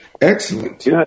Excellent